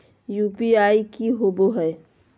UPI की होबो है?